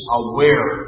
aware